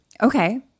Okay